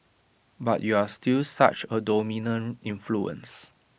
but you're still such A dominant influence